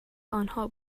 آنها